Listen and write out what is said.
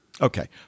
Okay